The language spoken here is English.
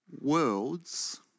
worlds